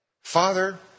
Father